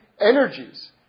energies